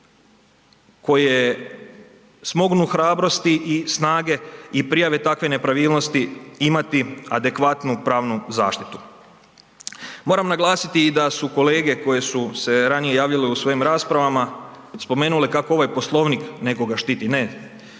koje smognu hrabrosti i snage i prijave takve nepravilnosti imati adekvatnu pravnu zaštitu. Moram naglasiti i da su kolege koje su se ranije javljale u svojim raspravama spomenule kako ovaj Poslovnik nekoga štiti. Ne.